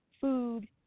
food